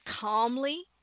calmly